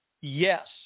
Yes